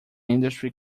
industry